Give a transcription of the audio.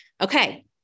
okay